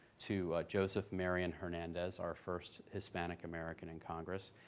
to joseph marion hernandez, our first hispanic american in congress.